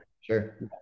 sure